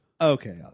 okay